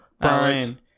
Brian